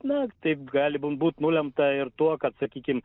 na taip gali būt nulemta ir tuo kad sakykim